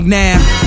now